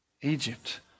Egypt